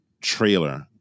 trailer